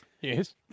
Yes